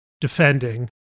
defending